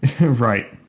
right